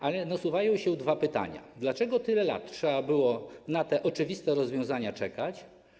Ale nasuwają się dwa pytania: Dlaczego tyle lat trzeba było na te oczywiste rozwiązania czekać?